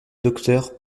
docteurs